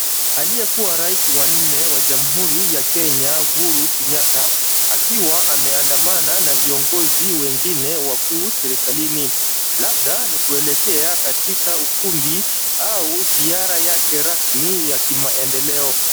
Aliyekuwa rais wa nne wa jamhuri ya Kenya Uhuru Kenyatta akiwa ameandamana na viongozi wengine wakuu serikalini. Labda ni kuelekea katika ukumbi au ziara yake rasmi ya kimaendeleo.